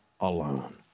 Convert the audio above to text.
alone